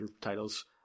titles